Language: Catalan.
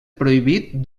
prohibit